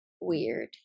weird